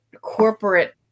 corporate